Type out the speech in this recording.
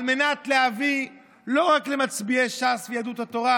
על מנת להביא לא רק למצביעי ש"ס ויהדות התורה